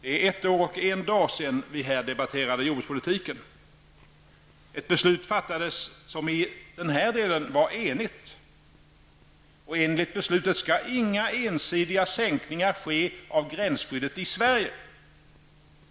För ett år och en dag sedan debatterade vi jordbrukspolitiken. Ett beslut fattades som i denna del var enigt. Enligt beslutet skulle inga ensidiga sänkningar ske av gränsskyddet i Sverige.